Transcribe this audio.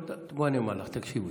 בואי אני אומר לך, תקשיבי.